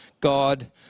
God